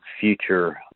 future